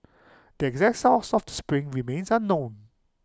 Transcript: the exact source of the spring remains unknown